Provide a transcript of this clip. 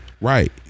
Right